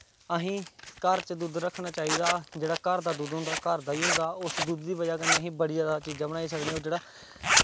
असीं घर च दुद्ध रक्खना चाहिदा जेह्ड़ा घर दा दुद्ध होंदा ओह् घऱ दा गै होंदी उस दुद्ध दी बजह् कन्नै असीं बड़ी जादा चीज़ां बनाई सकने होर जेह्ड़ा